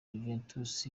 juventus